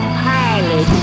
pilot